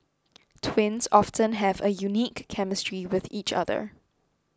twins often have a unique chemistry with each other